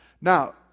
Now